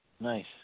Nice